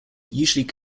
usually